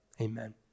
Amen